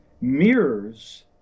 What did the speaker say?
mirrors